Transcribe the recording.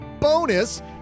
bonus